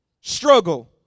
struggle